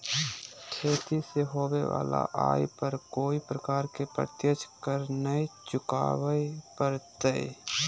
खेती से होबो वला आय पर कोय प्रकार के प्रत्यक्ष कर नय चुकावय परतय